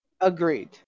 Agreed